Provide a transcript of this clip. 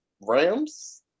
Rams